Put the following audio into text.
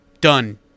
done